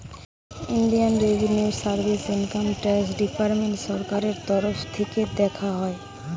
Indian revenue service income tax department সরকারের তরফ থিকে দেখা হয়